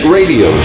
Radio